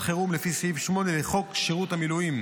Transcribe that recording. חירום לפי סעיף 8 לחוק שירות המילואים,